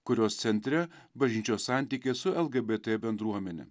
kurios centre bažnyčios santykis su lgbt bendruomene